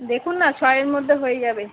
দেখুন না ছয়ের মধ্যে হয়ে যাবে